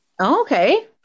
Okay